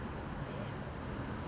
I am